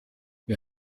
wir